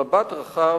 במבט רחב,